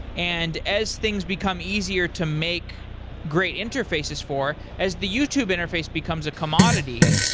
and as things become easier to make great interfaces for, as the youtube interface becomes a commodity,